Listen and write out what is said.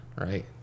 right